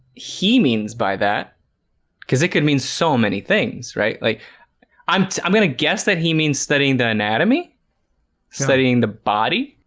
he means by that because it could mean so many things right like i'm i'm gonna guess that he means studying the anatomy studying the body.